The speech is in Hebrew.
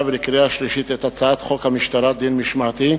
ולקריאה שלישית את הצעת חוק המשטרה (דין משמעתי,